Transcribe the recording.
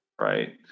right